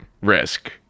risk